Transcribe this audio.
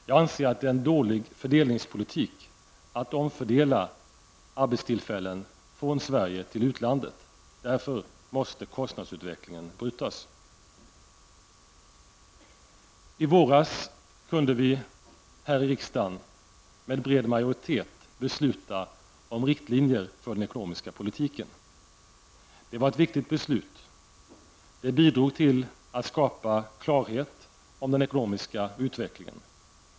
Jag anser att det är en dålig fördelningspolitik att omfördela arbetstillfällen från Sverige till utlandet. Därför måste kostnadsutvecklingen brytas. I våras kunde vi här i riksdagen med bred majoritet besluta om riktlinjer för den ekonomiska politiken. Det var ett viktigt beslut. Det bidrog till att skapa klarhet om den ekonomiska utvecklingen.